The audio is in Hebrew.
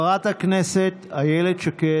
מתחייבת כחברת הממשלה לשמור אמונים למדינת ישראל ולחוקיה,